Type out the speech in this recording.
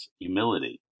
humility